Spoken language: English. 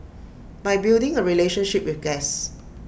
by building A relationship with guests